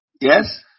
Yes